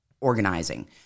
organizing